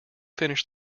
finish